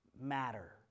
matter